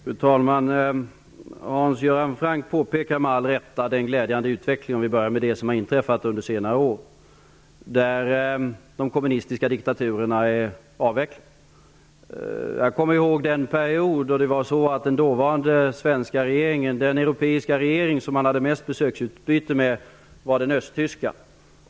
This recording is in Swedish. Fru talman! Hans Göran Franck påpekar med rätta den glädjande utveckling som har inträffat under senare år. De kommunistiska diktaturerna är avvecklade. Jag kommer ihåg den period när den europiska regering som den dåvarande svenska regeringen hade mest besöksutbyte med var den östtyska.